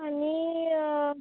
आनी